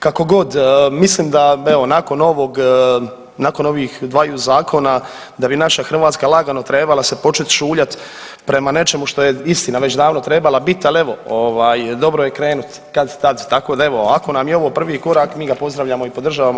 Kako god mislim da evo nakon ovog, nakon ovih dvaju zakona da bi naša Hrvatska lagano trebala se počet šuljat prema nečemu što istina već davno trebala bit, ali evo ovaj dobro je krenut kad-tad tako da evo, ako nam je ovo prvi korak mi ga pozdravljamo i podržavamo.